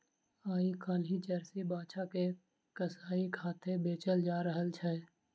आइ काल्हि जर्सी बाछा के कसाइक हाथेँ बेचल जा रहल छै